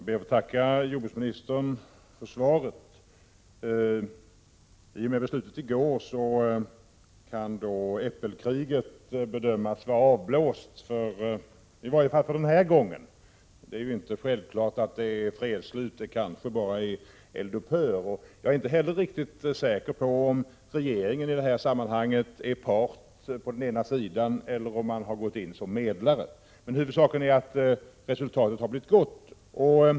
Herr talman! Jag ber att få tacka jordbruksministern för svaret. I och med beslutet i går så kan äppelkriget bedömas vara avblåst, i varje fall för denna gång. Det är inte självklart att det rör sig om ett fredsslut, det kanske bara är ett eld upphör. Jag är inte heller riktigt säker på om regeringen i detta sammanhang är part på ena sidan eller om den har gått in som medlare. Huvudsaken är dock att resultatet har blivit gott.